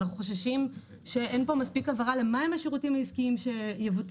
אנחנו חוששים שאין פה מספיק הבהרה למה הם השירותים העסקיים שיובטלו,